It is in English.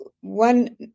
one